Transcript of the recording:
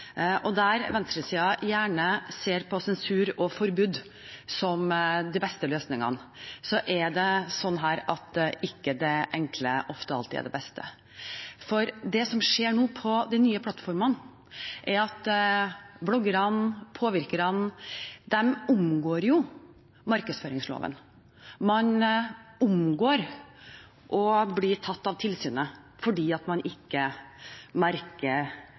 Der venstresiden gjerne ser på sensur og forbud som den beste løsningen, er det slik her at det enkle ikke alltid er det beste. Det som skjer nå på de nye plattformene, er at bloggerne, påvirkerne, omgår markedsføringsloven. Man unngår å bli tatt av tilsynet fordi man ikke merker